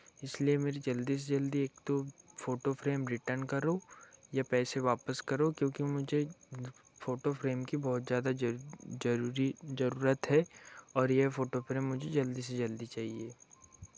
इसलिए मुझे जल्दी से जल्दी एक तो फोटो फ्रेम रिटर्न करो या पैसे वापस करो क्योंकि मुझे फोटो फ्रेम की बहुत ज़्यादा जरूरी ज़रूरत है और ये फोटो फ्रेम मुझे जल्दी से जल्दी चहिये